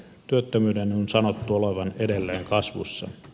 työttömyyden on sanottu olevan edelleen kasvussa